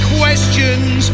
questions